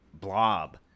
blob